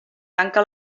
tanca